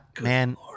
man